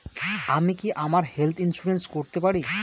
আমি কি আমার হেলথ ইন্সুরেন্স করতে পারি?